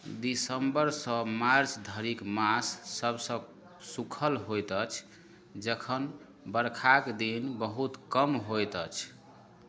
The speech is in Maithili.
दिसम्बरसँ मार्च धरिक मास सबसँ सुखल होइत अछि जखन बरखाक दिन बहुत कम होइत अछि